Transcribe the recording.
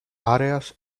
areas